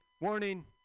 Warning